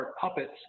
puppets